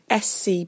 SC